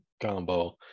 combo